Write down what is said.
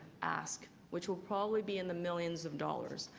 ask, which will probably be in the millions of dollars,